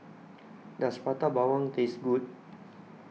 Does Prata Bawang Taste Good